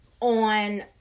on